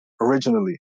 originally